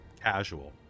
casual